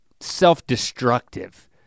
self-destructive